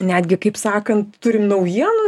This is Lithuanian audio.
netgi kaip sakant turim naujienų